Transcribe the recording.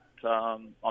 On